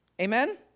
Amen